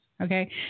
Okay